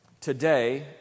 Today